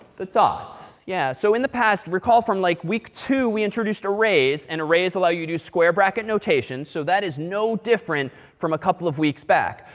the dot. yeah. so in the past, recall from like week two, we introduced arrays. and arrays allow you to do square bracket notation. so that is no different from a couple of weeks back.